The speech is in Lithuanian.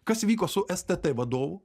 kas vyko su stt vadovu